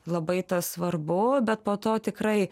labai svarbu bet po to tikrai